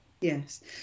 Yes